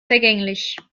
vergänglich